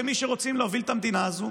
כמי שרוצים להוביל את המדינה הזו?